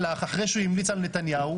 אחרי זה,